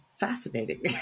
fascinating